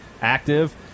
active